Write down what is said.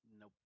Nope